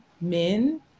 men